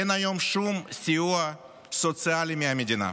אין היום שום סיוע סוציאלי מהמדינה.